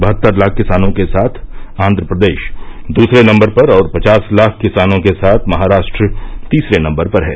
बहत्तर लाख किसानों के साथ आन्ध्र प्रदेश दूसरे नम्बर पर और पचास लाख किसानों के साथ महाराष्ट्र तीसरे नम्बर पर है